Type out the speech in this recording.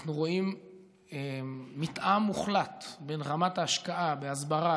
אנחנו רואים מתאם מוחלט בין רמת ההשקעה בהסברה,